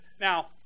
Now